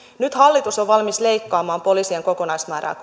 nyt hallitus on valmis leikkaamaan poliisien kokonaismäärää